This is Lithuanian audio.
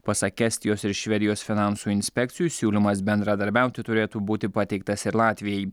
pasak estijos ir švedijos finansų inspekcijų siūlymas bendradarbiauti turėtų būti pateiktas ir latvijai